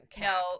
no